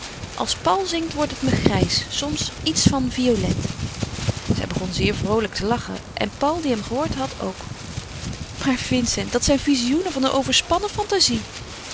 als paul zingt wordt het me grijs soms iets van violet zij begon zeer vroolijk te lachen en paul die hem gehoord had ook maar vincent dat zijn vizioenen van een overspannen fantazie